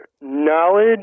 knowledge